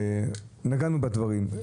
נגענו בדברים.